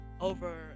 over